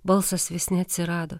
balsas vis neatsirado